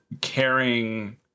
caring